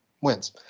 wins